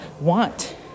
want